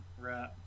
Right